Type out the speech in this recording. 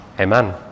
Amen